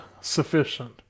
sufficient